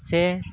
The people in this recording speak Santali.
ᱥᱮ